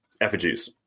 effigies